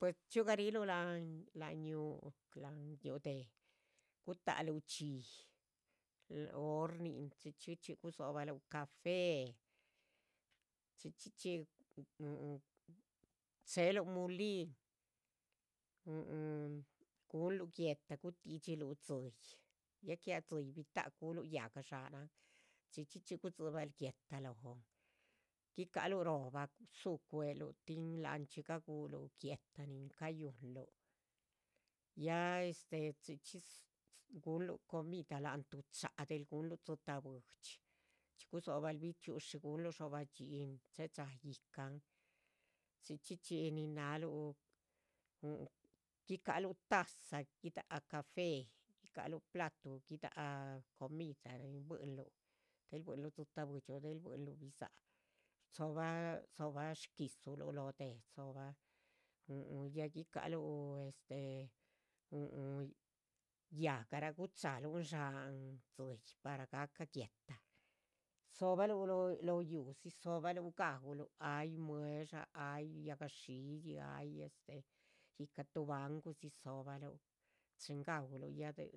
Puish dxiugariluh la'nh yúhu la'nh yúhu déh gutáluh dhxí lóh horninh. chxícxhi gudzo'baluh café chxícxhichxi cheluh mulin gu'nluh guétha. gutixilu dzíyih ya que a dzíyih bi'tah culuh yahga dxá nahn chxícxhichxi gudzi'bal. guéhta lóhon guicalug rohba rzuhu cueluh tín la'nhchi gaguluh guéhta nin cayu'nluh. ya este chxícxhi gunluh comida la'hn shcha gunluh dzitáh buidxi chxí godzo'balh. bichxi'ushi gunluh dxobah dhxín chechan ícahn chxícxhichxi nin nah'luh. gi'caluh taza gi'daha café gi'caluh platuh gi'daha comida nin bu'inlu dhel bu'inlu. dzitáh buidxi o dhel bu'inlu bidza'h dzo'bah gi'dzu lóh déh dzo'bah ya gi'caluh. yahga'ra guchaluhn dxáhan dzíyih para ga'cah guéhta, dzo'bahlu lóh yuuh, dzo'bahlu. ga'uluh ayiih mueh'dsha ayiih yahgaxiiyi ayiih este ícah tuh banguhun'si dzo'baluh. chin ga'uluh ya dhel,